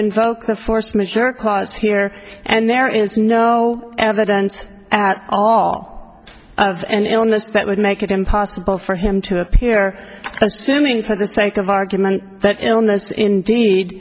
invoke the force majeure clause here and there is no evidence at all as an illness that would make it impossible for him to appear assuming for the sake of argument that illness indeed